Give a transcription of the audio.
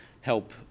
help